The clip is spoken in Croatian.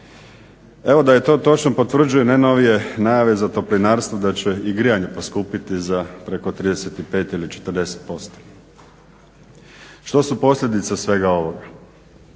Evo, da je to točno potvrđuje najnovije najave za toplinarstvo da će i grijanje poskupiti za preko 35 ili 40%. Što su posljedice svega ovoga?